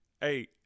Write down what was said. hey